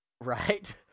Right